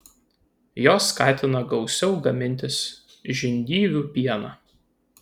jos skatina gausiau gamintis žindyvių pieną